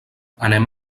anem